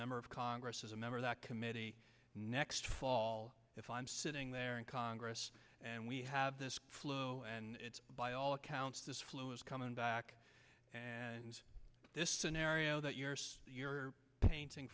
member of congress as a member of that committee next fall if i'm sitting there in congress and we have this flow and it's by all accounts this flu is coming back and this scenario that you're you're painting